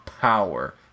power